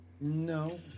No